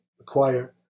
acquire